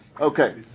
Okay